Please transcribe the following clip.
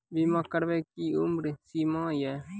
बीमा करबे के कि उम्र सीमा या?